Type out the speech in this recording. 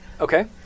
Okay